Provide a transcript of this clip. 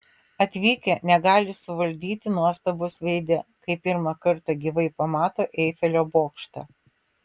atvykę negali suvaldyti nuostabos veide kai pirmą kartą gyvai pamato eifelio bokštą